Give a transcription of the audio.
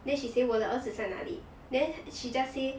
then she say 我的儿子在哪里 then she just say